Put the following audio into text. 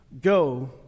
Go